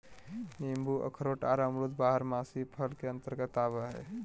नींबू अखरोट आर अमरूद बारहमासी फसल के अंतर्गत आवय हय